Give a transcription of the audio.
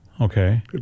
Okay